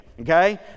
okay